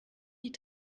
die